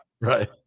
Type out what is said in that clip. Right